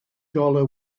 dollar